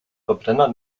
verbrenner